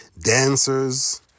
Dancers